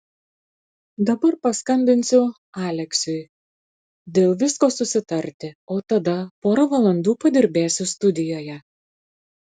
dabar paskambinsiu aleksiui dėl visko susitarti o tada porą valandų padirbėsiu studijoje